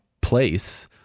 place